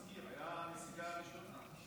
תזכיר, הייתה הנסיגה הראשונה.